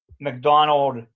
McDonald